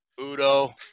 Udo